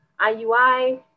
IUI